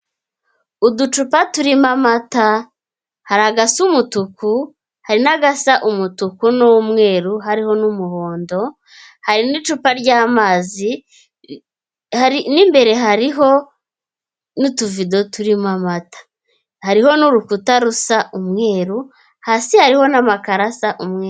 Uducupa turimo amata hari agasa umutuku, hari n'agasa umutuku n'umweru hariho n'umuhondo, hari n'icupa ry'amazi n'imbere hariho n'utubido turimo amata. Hariho n'urukuta rusa umweru, hasi hariho n'amakaro asa umweru.